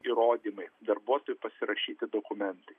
įrodymai darbuotojų pasirašyti dokumentai